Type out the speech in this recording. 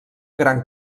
gran